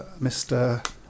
Mr